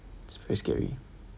super scary